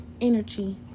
energy